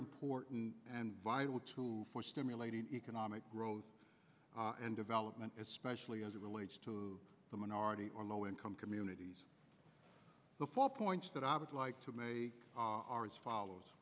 important and vital tool for stimulating economic growth and development especially as it relates to the minority or low income communities the four points that i would like to make are as follows